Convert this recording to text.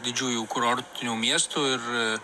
didžiųjų kurortinių miestų ir